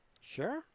Sure